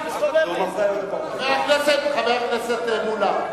אני חבר הכנסת מולה.